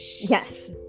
yes